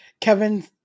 Kevin